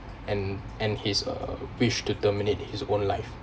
and and he's a wish to terminate his own life